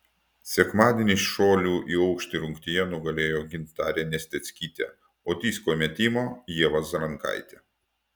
sekmadienį šuolių į aukštį rungtyje nugalėjo gintarė nesteckytė o disko metimo ieva zarankaitė